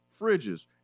fridges